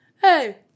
hey